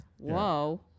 whoa